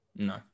No